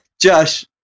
josh